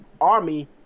army